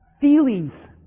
Feelings